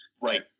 Right